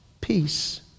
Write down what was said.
Peace